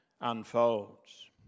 Unfolds